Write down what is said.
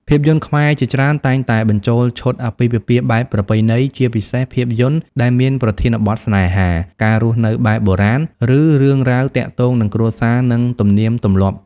ភាពយន្តខ្មែរជាច្រើនតែងតែបញ្ចូលឈុតអាពាហ៍ពិពាហ៍បែបប្រពៃណី ជាពិសេសភាពយន្តដែលមានប្រធានបទស្នេហា ការរស់នៅបែបបុរាណ ឬរឿងរ៉ាវទាក់ទងនឹងគ្រួសារ និងទំនៀមទម្លាប់។